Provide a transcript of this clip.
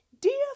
Dear